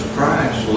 Christ